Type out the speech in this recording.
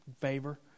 favor